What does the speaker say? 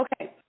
Okay